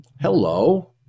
Hello